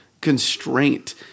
constraint